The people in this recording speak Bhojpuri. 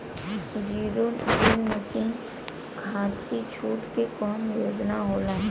जीरो डील मासिन खाती छूट के कवन योजना होला?